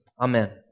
Amen